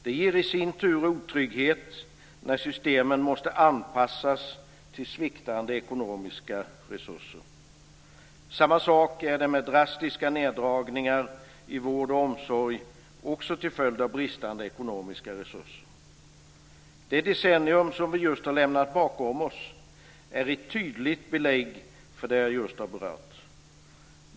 Det ger i sin tur otrygghet när systemen måste anpassas till sviktande ekonomiska resurser. Samma sak är det med drastiska neddragningar i vård och omsorg till följd av bristande ekonomiska resurser. Det decennium som vi just har lämnat bakom oss är ett tydligt belägg för det jag just har berört.